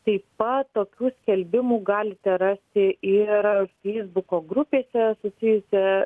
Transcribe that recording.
taip pat tokių skelbimų galite rasti ir feisbuko grupėse susijusia